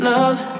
Love